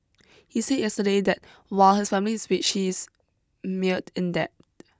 he said yesterday that while his family is rich he is mired in debt in debt